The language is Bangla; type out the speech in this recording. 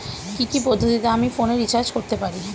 কি কি পদ্ধতিতে আমি ফোনে রিচার্জ করতে পারি?